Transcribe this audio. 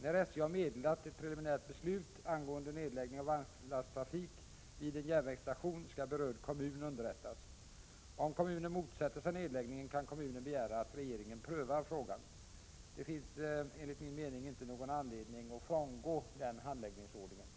När SJ har meddelat ett preliminärt beslut angående nedläggning av vagnslasttrafik vid en järnvägsstation, skall berörd kommun underrättas. Om kommunen motsätter sig nedläggningen, kan kommunen begära att regeringen prövar frågan. Det finns enligt min mening inte någon anledning att frångå denna handläggningsordning.